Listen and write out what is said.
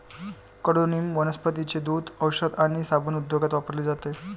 कडुनिंब वनस्पतींचे दूध, औषध आणि साबण उद्योगात वापरले जाते